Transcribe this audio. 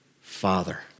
Father